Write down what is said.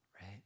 right